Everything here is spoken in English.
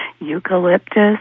Eucalyptus